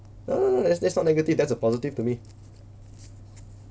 no no no that's that's not negative that's a positive to me